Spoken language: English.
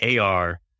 AR